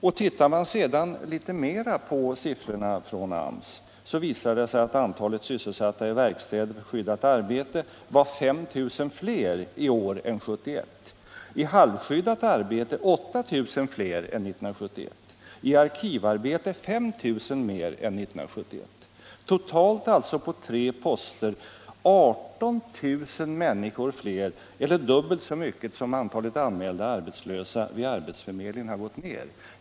Och ser man litet mera på siffrorna från AMS visar det sig att antalet sysselsatta i verkstäder för skyddat arbete var 5 000 fler i år än 1971, i halvskyddat arbete 8 000 fler än 1971 och i arkivarbete 5 000 fler än 1971. Totalt är det alltså på tre poster 18 000 fler människor eller dubbelt så mycket som antalet arbetslösa vid arbetsförmedlingen har gått ner.